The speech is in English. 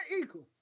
Eagles